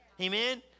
Amen